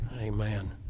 Amen